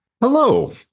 Hello